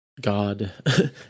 God